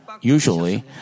Usually